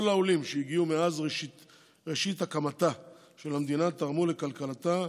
כל העולים שהגיעו מאז ראשית הקמתה של המדינה תרמו לכלכלתה,